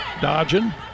Dodging